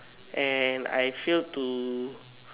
and I fail to